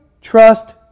trust